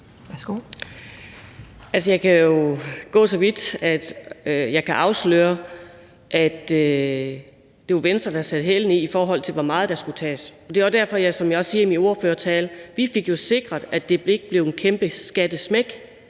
jeg kan jo gå så vidt, at jeg kan afsløre, at det var Venstre, der satte hælene i, i forhold til hvor meget der skulle tages. Det er også derfor, som jeg sagde i min ordførertale, at vi jo fik sikret, at det ikke blev et kæmpe skattesmæk,